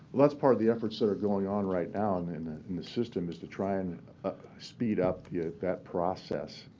that's part of the efforts that are going on right now and in and the system, is to try and speed up ah that process